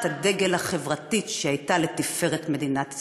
הדגל החברתית שהייתה לתפארת מדינת ישראל.